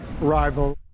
rival